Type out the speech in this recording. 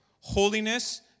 holiness